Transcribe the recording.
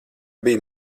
biji